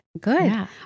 Good